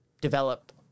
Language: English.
develop